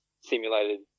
simulated